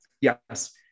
Yes